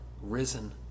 risen